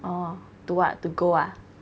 oh to what to gold ah